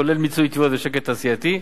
כולל מיצוי תביעות ושקט תעשייתי.